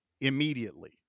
immediately